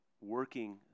working